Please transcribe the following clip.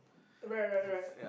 right right right